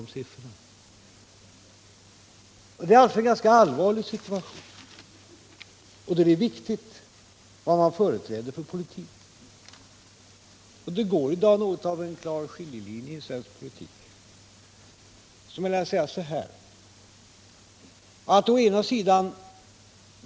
Situationen är alltså ganska allvarlig, och för att råda bot på den är det viktigt vilken politik man företräder. Det går i dag också något av en klar skiljelinje i svensk politik.